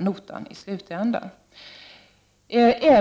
13 december 1989 får betala notan.